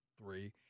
three